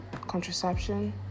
contraception